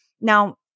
Now